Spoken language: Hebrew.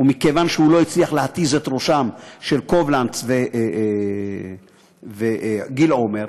ומכיוון שהוא לא הצליח להתיז את הראשים של קובלנץ וגיל עומר,